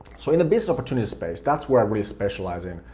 so in the business opportunity space, that's where i really specialize in,